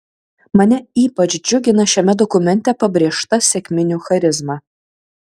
mane ypač džiugina šiame dokumente pabrėžta sekminių charizma